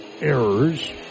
errors